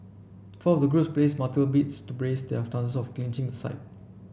four of the groups placed multiple bids to praise their chances of clinching the site